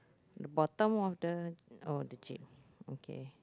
the bottom of the oh the jeep okay